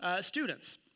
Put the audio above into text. students